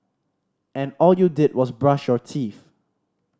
and all you did was brush your teeth